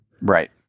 Right